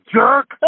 jerk